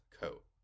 coat